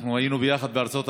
אנחנו היינו ביחד בארצות הברית,